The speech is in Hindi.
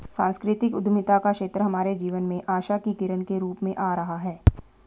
सांस्कृतिक उद्यमिता का क्षेत्र हमारे जीवन में आशा की किरण के रूप में आ रहा है